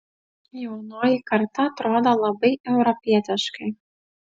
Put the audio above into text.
jaunoji karta atrodo labai europietiškai